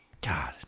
God